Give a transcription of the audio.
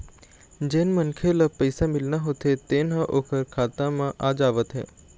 जेन मनखे ल पइसा मिलना होथे तेन ह ओखर खाता म आ जावत हे